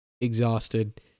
exhausted